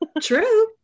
True